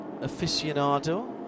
aficionado